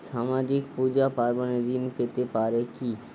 সামাজিক পূজা পার্বণে ঋণ পেতে পারে কি?